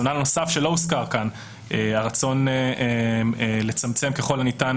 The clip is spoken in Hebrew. רציונל נוסף לא הוזכר כאן הוא הרצון לצמצם ככל הניתן